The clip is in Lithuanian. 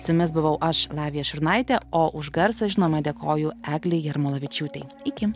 su mis buvau aš lavija šiurnaitė o už garsą žinoma dėkoju eglei jarmalavičiūtei iki